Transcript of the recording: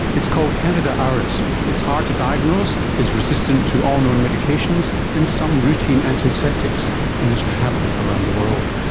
it's called candida auris. it's hard to diagnose, is resistant to all known medications and some routine antiseptics and is travelling around the world.